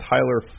Tyler